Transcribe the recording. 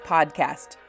Podcast